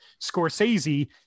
Scorsese